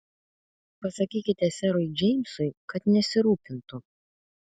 pasakykite serui džeimsui kad nesirūpintų